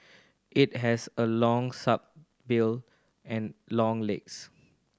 it has a long bill and long legs